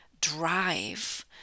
drive